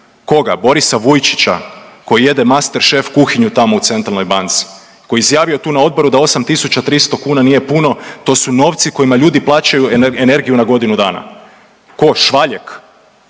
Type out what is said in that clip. koga, Borisa Vujčića koji jede MasterChef kuhinju tamo u centralnoj banci, koji je izjavio tu na odboru da 8.300 kuna nije puno, to su novci kojima ljudi plaćaju energiju na godinu dana, ko Švaljek,